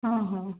ହଁ ହଁ